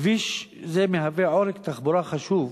כביש זה מהווה עורק תחבורה חשוב,